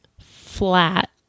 flat